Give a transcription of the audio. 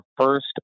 first